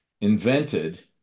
invented